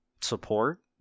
support